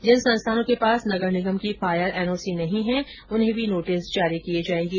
जिन संस्थानों के पास नगर निगम की फायर एनओसी नहीं है उन्हें भी नोटिस जारी किए जाएंगे